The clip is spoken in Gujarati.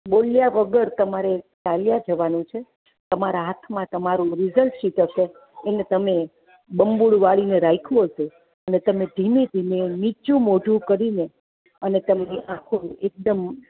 બોલ્યા વગર તમારે ચાલ્યા જવાનું છે તમારા હાથમાં તમારું રિઝલ્ટ શીટ હશે એને તમે બમ્બુડુ વાળીને રાખ્યું હશે અને તમે ધીમે ધીમે નીચું મોઢું કરીને અને તમારી આંખો એકદમ